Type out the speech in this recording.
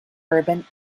urban